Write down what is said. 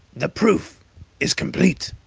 the proof is complete,